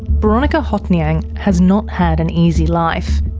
boronika hothnyang has not had an easy life.